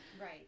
Right